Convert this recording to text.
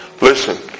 Listen